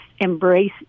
embrace